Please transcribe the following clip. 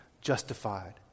justified